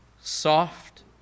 soft